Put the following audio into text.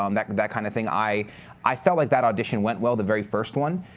um that that kind of thing. i i felt like that audition went well, the very first one.